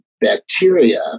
bacteria